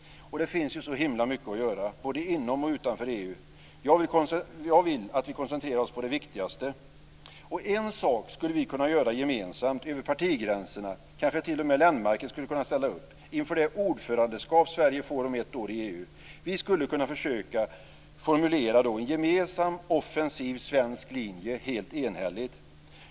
Det finns så himla mycket att göra, både inom och utanför EU. Jag vill att vi koncentrerar oss på det viktigaste. En sak skulle vi kunna göra gemensamt över partigränserna - kanske t.o.m. Lennmarker skulle kunna ställa upp - inför det ordförandeskap Sverige får om ett år i EU. Vi skulle kunna försöka formulera en gemensam offensiv svensk linje helt enhälligt.